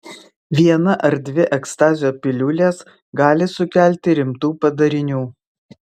viena ar dvi ekstazio piliulės gali sukelti rimtų padarinių